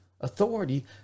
authority